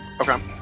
Okay